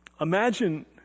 imagine